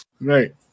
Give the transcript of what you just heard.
Right